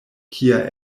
kia